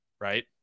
right